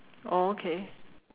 oh okay